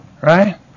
Right